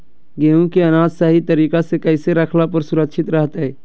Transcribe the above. गेहूं के अनाज सही तरीका से कैसे रखला पर सुरक्षित रहतय?